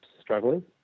struggling